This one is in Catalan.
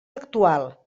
actual